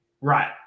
Right